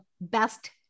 best